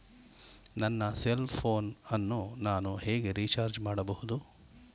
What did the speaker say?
ನನ್ನ cell phone ಅನ್ನು ನಾನು ಹೇಗೆ ರಿಚಾರ್ಜ್ ಮಾಡಬಹುದು?